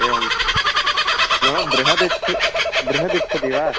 एवं नाम बृहदिच्छ् बृहदिच्छति वा